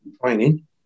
Training